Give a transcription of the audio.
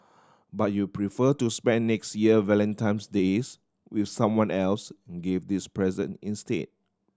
but you prefer to spend next year Valentine's Days with someone else give these present instead